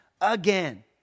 again